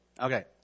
Okay